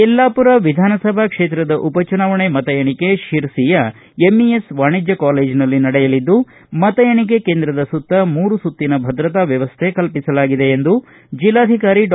ಯಲ್ಲಾಪುರ ವಿಧಾನಸಭಾ ಕ್ಷೇತ್ರದ ಉಪ ಚುನಾವಣೆ ಮತ ಎಣಿಕೆ ಶಿರಸಿಯ ಎಂಇಎಸ್ ವಾಣಿಜ್ಯ ಕಾಲೇಜಿನಲ್ಲಿ ನಡೆಯಲಿದ್ದು ಮತ ಎಣಿಕೆ ಕೇಂದ್ರದ ಸುತ್ತ ಮೂರು ಸುತ್ತಿನ ಭದ್ರತೆ ವ್ಯವಸ್ಥೆ ಕಲ್ಪಿಸಲಾಗಿದೆ ಎಂದು ಜಿಲ್ಲಾಧಿಕಾರಿ ಡಾ